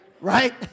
Right